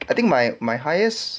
I think my my highest